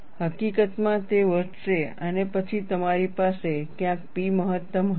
હકીકતમાં તે વધશે અને પછી તમારી પાસે ક્યાંક P મહત્તમ હશે